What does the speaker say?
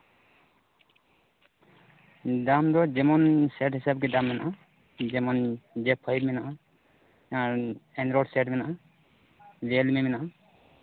ᱫᱟᱢ ᱫᱚ ᱡᱮᱢᱚᱱ ᱥᱮᱴ ᱦᱤᱥᱟᱹᱵ ᱜᱮ ᱫᱟᱢ ᱢᱮᱱᱟᱜᱼᱟ ᱡᱮᱢᱚᱱ ᱡᱮᱴ ᱯᱷᱟᱭᱤᱵᱽ ᱢᱮᱱᱟᱜᱼᱟ ᱟᱨ ᱮᱱᱰᱨᱚᱭᱮᱴ ᱥᱮᱴ ᱢᱮᱱᱟᱜᱼᱟ ᱨᱤᱭᱟᱹᱞᱢᱤ ᱢᱮᱱᱟᱜᱼᱟ